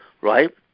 right